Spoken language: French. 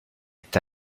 est